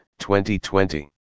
2020